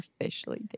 officially